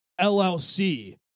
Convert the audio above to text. LLC